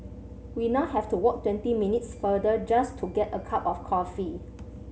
we now have to walk twenty minutes farther just to get a cup of coffee